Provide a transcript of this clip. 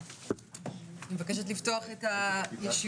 בוקר טוב לכולם, אני מבקשת לפתוח את הישיבה.